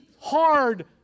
hard